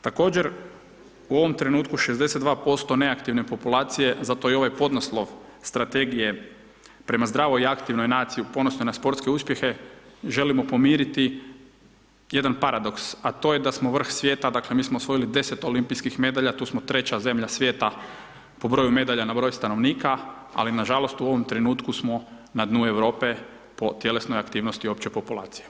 Također, u ovom trenutku 62% neaktivne populacije, zato je i ovaj podnaslov, strategije, prema zdravoj i aktivnoj naciji ponosni na sportske uspjehe, želimo pomiriti jedan paradoks, a to je da smo vrh svijeta, dakle, mi smo osvojili 10 olimpijskih medalja, tu smo 3 zemlja svijeta, po broju medalja po broju stanovnika, ali nažalost, u ovom trenutku smo na dnu Europe po tjelesnoj aktivnosti opće populacije.